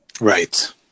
Right